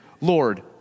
Lord